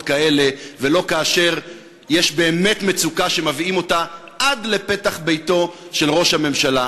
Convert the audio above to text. כאלה ולא כאשר יש באמת מצוקה שמביאים אותה עד לפתח ביתו של ראש הממשלה.